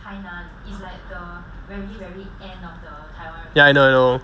ya I know I know